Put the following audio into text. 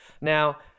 Now